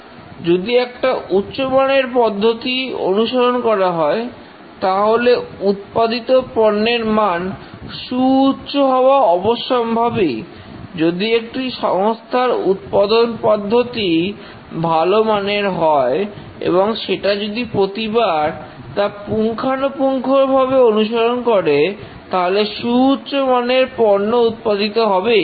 যদি একটা উচ্চ মানের পদ্ধতি অনুসরণ করা হয় তাহলে উৎপাদিত পণ্যের মান সুউচ্চ হওয়া অবশ্যম্ভাবী যদি একটি সংস্থার উৎপাদন পদ্ধতি ভালো মানের হয় এবং সেটি যদি প্রতিবার তা পুঙ্খানুপুঙ্খ ভাবে অনুসরণ করে তাহলে সুউচ্চ মানের পণ্য উৎপাদিত হবেই